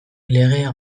legea